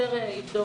והשוטר יבדוק.